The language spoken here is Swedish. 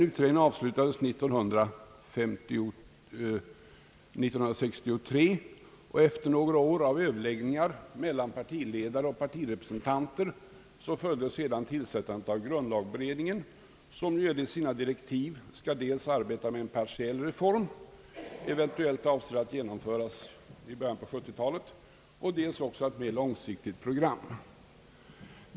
Utredningsarbetet avslutades 1963, och efter några år av överläggningar mellan partiledare och partirepresentanter följde tillsättandet av grundlagberedningen, som enligt sina direktiv dels skall arbeta med en partiell reform, eventuellt avsedd att genomföras i början på 1970 talet, dels också arbeta med ett mera långsiktigt program.